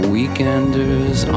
Weekenders